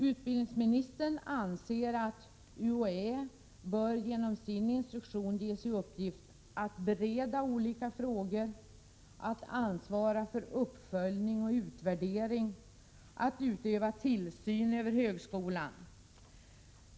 Utbildningsministern anser att UHÄ i sin instruktion bör ges i uppgift att bereda olika frågor, ansvara för uppföljning och utvärdering samt tillsyn av högskolan.